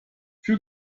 für